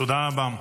תודה רבה.